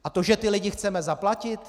A to, že ty lidi chceme zaplatit?